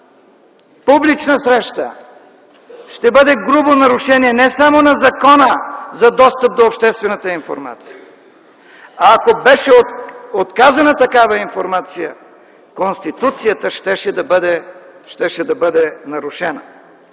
публична среща ще бъде грубо нарушение не само на Закона за достъп до обществена информация! Ако беше отказана такава информация, Конституцията щеше да бъде нарушена.